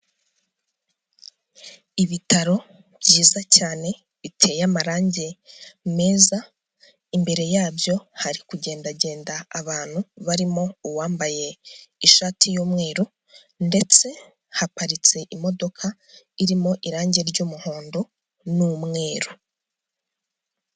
Ibitaro byiza cyane biteye amarange meza, imbere yabyo hari kugendagenda abantu, barimo uwambaye ishati y'umweru ndetse haparitse imodoka, irimo irange ry'umuhondo n'umweru.